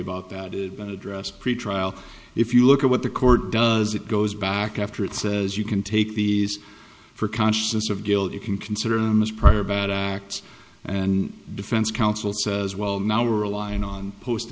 about that and address pretrial if you look at what the court does it goes back after it says you can take the for consciousness of guilt you can consider them as prior bad acts and defense counsel says well now we're relying on post